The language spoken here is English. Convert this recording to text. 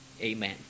Amen